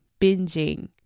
binging